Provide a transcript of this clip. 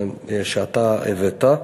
שאתה הבאת.